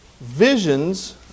visions